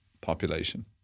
population